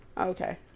Okay